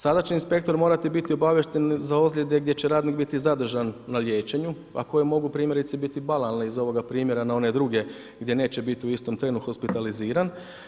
Sada će inspektor morati biti obaviješteni za ozljede gdje će radnik biti zadržan na liječenju, a koje mogu biti primjerice banalne iz ovoga primjera na one druge gdje neće biti u istom trenu hospitaliziran.